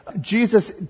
Jesus